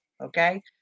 Okay